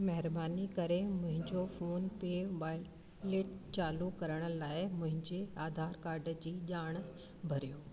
महिरबानी करे मुंहिंजो फोन पे वॉलेट चालू करण लाइ मुंहिंजे आधार काड जी ॼाण भरियो